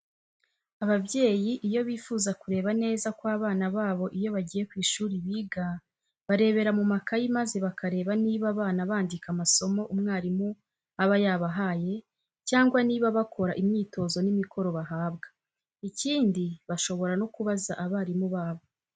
Ababyeyi iyo bifuza kureba neza ko abana babo iyo bagiye ku ishuri biga, barebera mu makayi maze bakareba niba abana bandika amasomo umwarimu aba yabahaye cyangwa niba bakora imyitozo n'imikoro bahabwa. Ikindi bashobora no kubaza abarimu babo.